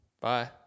Bye